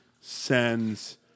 sends